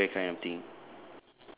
ya it's a square kind of thing